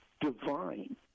divine